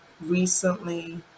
recently